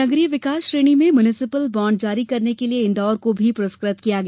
नगरीय विकास श्रेणी में म्यूनिसिपल बांड जारी करने के लिये इन्दौर को भी पुरस्कृत किया गया